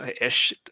ish